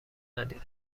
ندیدم